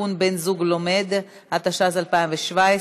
התשע"ו 2015,